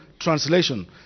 Translation